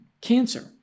cancer